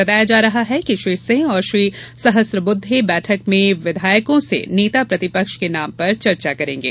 बताया जा रहा है कि श्री सिंह और श्री सहस्नबुद्धे बैठक में विधायकों से नेता प्रतिपक्ष के नाम पर चर्चा करेंगे